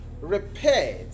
Repaired